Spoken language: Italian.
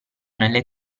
nelle